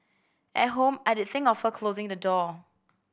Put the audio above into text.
at home I'd think of her closing the door